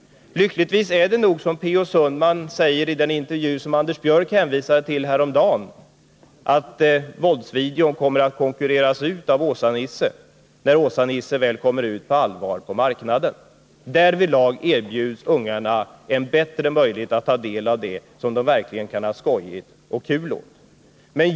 Lyckligtvis är det nog så, som P. O. Sundman säger i den intervju som Anders Björck hänvisade till häromdagen, att våldsvideon kommer att konkurreras ut av Åsa-Nisse, när Åsa-Nisse väl kommer ut på marknaden på allvar. Då kommer ungarna att erbjudas en bättre möjlighet att ta del av det som de verkligen kan ha skojigt och kul åt.